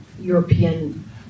European